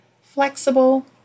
flexible